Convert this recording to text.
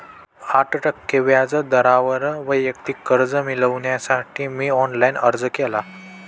आठ टक्के व्याज दरावर वैयक्तिक कर्ज मिळविण्यासाठी मी ऑनलाइन अर्ज केला